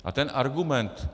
A ten argument...